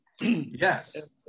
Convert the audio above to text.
yes